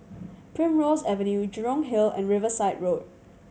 Primrose Avenue Jurong Hill and Riverside Road